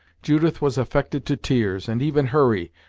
judith was affected to tears, and even hurry,